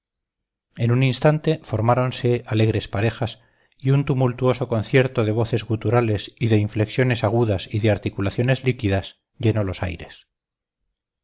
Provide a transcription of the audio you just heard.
en un instante formáronse alegres parejas y un tumultuoso concierto de voces guturales y de inflexiones agudas y de articulaciones líquidas llenó los aires